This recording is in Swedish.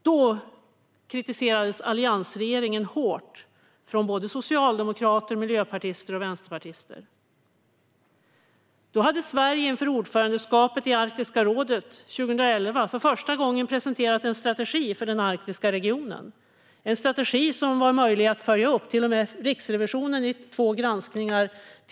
Då kritiserades alliansregeringen hårt från socialdemokrater, miljöpartister och vänsterpartister, efter att Sverige inför ordförandeskapet i Arktiska rådet 2011 för första gången hade presenterat en strategi för den arktiska regionen, en strategi som var möjlig att följa upp. Till och med Riksrevisionen tittade på detta i två granskningar.